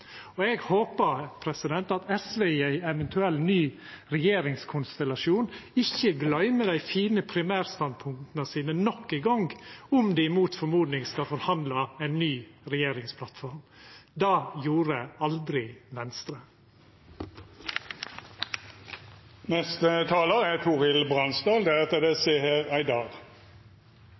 Eg håpar at SV i ein eventuell ny regjeringskonstellasjon ikkje gløymer dei fine primærstandpunkta sine nok ein gong om dei skal forhandla om ei ny regjeringsplattform. Det gjorde aldri Venstre. Barna er